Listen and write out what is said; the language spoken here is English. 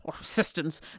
assistance